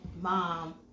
mom